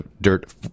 dirt